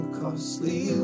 costly